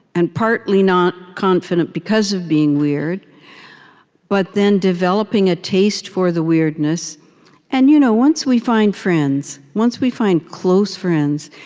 and partly not confident because of being weird but then developing a taste for the weirdness and, you know, once we find friends, once we find close friends,